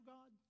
God